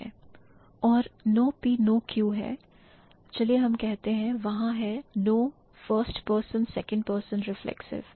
और no P no Q है चले हम कहते हैं वहां है no first person second person reflexive